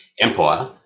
empire